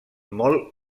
molt